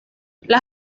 las